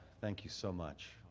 thank you so much.